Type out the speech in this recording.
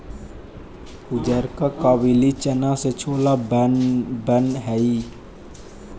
उजरका काबली चना से छोला बन हई